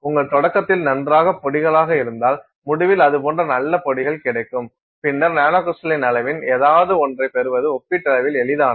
உங்கள் தொடக்கத்தில் நன்றாக பொடிகளாக இருந்தால் முடிவில் அது போன்ற நல்ல பொடிகள் கிடைக்கும் பின்னர் நானோகிரிஸ்டலின் அளவில் ஏதாவது ஒன்றைப் பெறுவது ஒப்பீட்டளவில் எளிதானது